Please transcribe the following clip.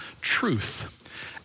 truth